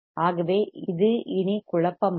ஆகவே இது இனி குழப்பமல்ல